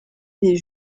des